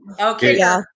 Okay